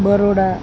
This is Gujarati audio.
બરોડા